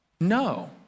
No